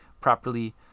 properly